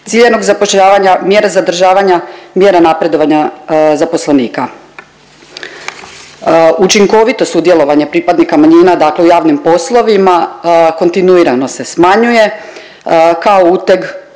ciljanog zapošljavanja, mjera zadržavanja i mjera napredovanja zaposlenika. Učinkovito sudjelovanje pripadnika manjina dakle u javnim poslovima kontinuirano se smanjuje kao uteg